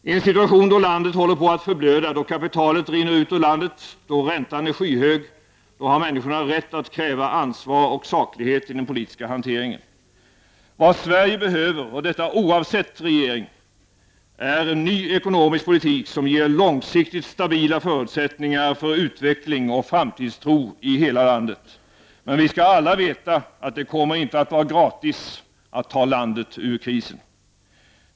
I en situation då landet håller på att förblöda — då kapitalet rinner ut ur landet, då räntan är skyhög — då har människorna rätt att kräva ansvar och saklighet i den politiska hanteringen. Vad Sverige behöver, och detta oavsett regering, är en ny ekonomisk politik, som ger långsiktigt stabila förutsättningar för utveckling och framtidstro i hela landet. Men vi skall alla veta att det inte kommer att vara oratis att ta landet ur krisen.